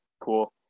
cool